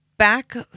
Back